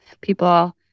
people